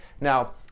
Now